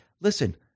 listen